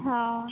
ହଁ